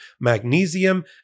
magnesium